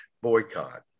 boycott